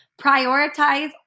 Prioritize